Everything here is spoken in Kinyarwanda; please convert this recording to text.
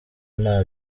nta